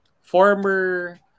Former